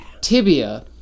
tibia